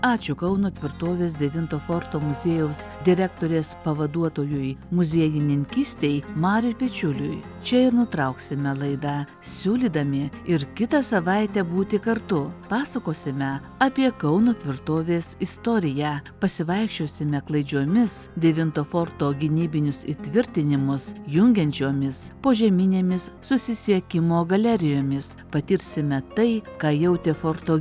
ačiū kauno tvirtovės devinto forto muziejaus direktorės pavaduotojui muziejininkystei mariui pečiuliui čia ir nutrauksime laidą siūlydami ir kitą savaitę būti kartu pasakosime apie kauno tvirtovės istoriją pasivaikščiosime klaidžiomis devinto forto gynybinius įtvirtinimus jungiančiomis požeminėmis susisiekimo galerijomis patirsime tai ką jautė forto